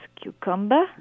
cucumber